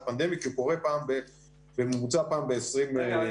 פנדמית כי הוא קורה בממוצע פעם ב-20 שנה.